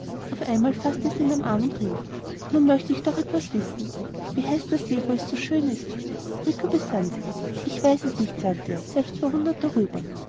auf einmal faßte es ihn am arm und rief nun möchte ich doch etwas wissen wie heißt der see wo es so schön ist rico besann sich ich weiß es nicht sagte er selbst verwundert darüber